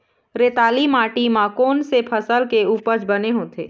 रेतीली माटी म कोन से फसल के उपज बने होथे?